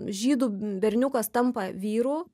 žydų berniukas tampa vyru